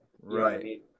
Right